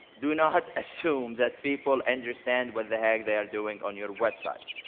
do not assume that people understand what the heck they are doing on your website.